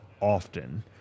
often